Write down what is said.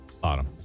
bottom